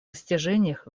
достижениях